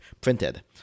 printed